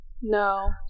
No